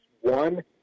one